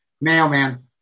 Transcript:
mailman